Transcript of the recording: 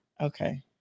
Okay